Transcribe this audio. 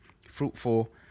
fruitful